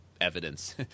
evidence